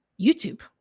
YouTube